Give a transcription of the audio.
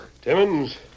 Timmons